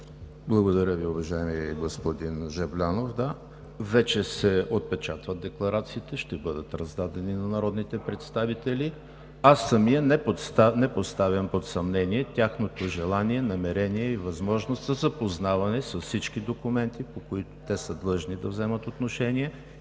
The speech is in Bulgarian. Благодаря Ви, уважаеми господин Жаблянов. Да, вече се отпечатват декларациите. Ще бъдат раздадени на народните представители. Аз самият не поставям под съмнение тяхното желание, намерение и възможност за запознаване с всички документи, по които те са длъжни да вземат отношение